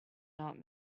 not